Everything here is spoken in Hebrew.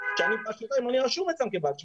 שאני בעל שליטה אם אני רשום אצלם כבעל שליטה?